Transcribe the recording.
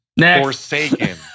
Forsaken